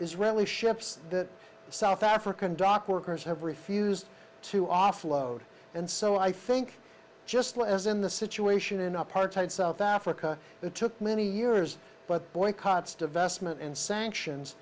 israeli ships that the south african dock workers have refused to offload and so i think just less in the situation in apartheid south africa it took many years but boycotts divestment and sanctions